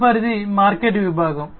తదుపరిది మార్కెట్ విభాగం